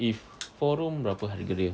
if four room berapa harga dia